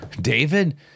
David